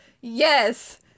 yes